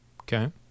Okay